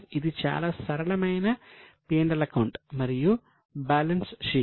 ఇది చాలా సరళమైన P L అకౌంట్ మరియు బ్యాలెన్స్ షీట్